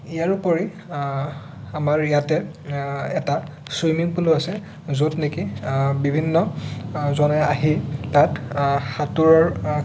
ইয়াৰ উপৰি আমাৰ ইয়াতে এটা চুইমিং পুলো আছে য'ত নেকি বিভিন্নজনে আহি তাত সাঁতোৰৰ